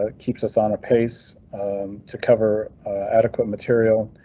ah keeps us on a pace to cover adequate material